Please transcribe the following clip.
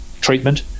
treatment